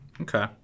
Okay